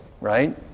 Right